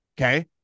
Okay